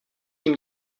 tím